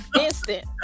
Instant